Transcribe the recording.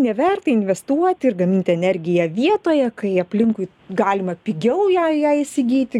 neverta investuoti ir gaminti energiją vietoje kai aplinkui galima pigiau jei ją įsigyti